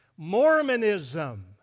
Mormonism